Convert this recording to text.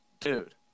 dude